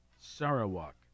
Sarawak